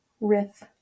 riff